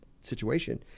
situation